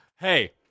Hey